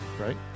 right